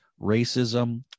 racism